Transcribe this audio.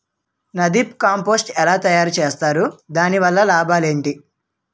NADEP compost ఎలా తయారు చేస్తారు? దాని వల్ల లాభాలు ఏంటి?